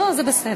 לא, לא, זה בסדר.